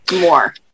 more